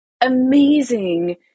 amazing